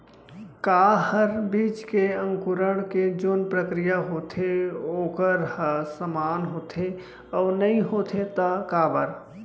का हर बीज के अंकुरण के जोन प्रक्रिया होथे वोकर ह समान होथे, अऊ नहीं होथे ता काबर?